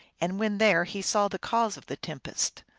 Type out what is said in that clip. and when there he saw the cause of the tempest.